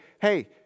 hey